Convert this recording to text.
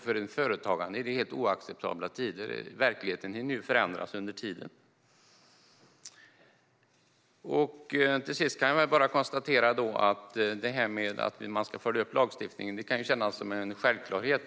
För en företagare är detta helt oacceptabla tider; verkligheten hinner förändras under tiden. Till sist kan jag konstatera att detta att man ska följa upp lagstiftning kan kännas som en självklarhet.